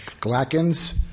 Glackens